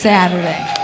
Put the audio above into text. Saturday